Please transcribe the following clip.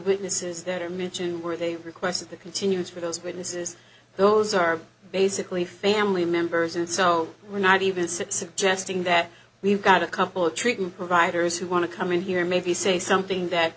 witnesses that are mentioned where they requested the continuance for those witnesses those are basically family members and so we're not even sit suggesting that we've got a couple of treatment providers who want to come in here maybe say something that